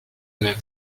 même